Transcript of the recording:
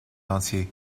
entier